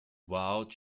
vowed